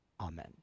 Amen